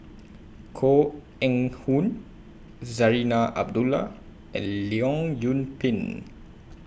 Koh Eng Hoon Zarinah Abdullah and Leong Yoon Pin